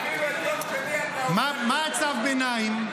אפילו את יום שני --- על מה צו הביניים?